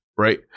right